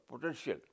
potential